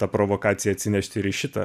tą provokaciją atsinešti ir į šitą